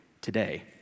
today